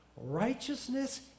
Righteousness